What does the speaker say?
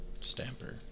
Stamper